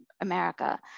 America